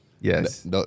yes